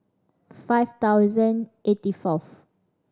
five thousand eighty fourth